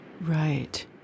Right